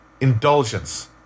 indulgence